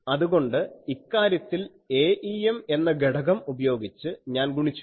അതുകൊണ്ട് ഇക്കാര്യത്തിൽ Aem എന്ന ഘടകം ഉപയോഗിച്ച് ഞാൻ ഗുണിച്ചു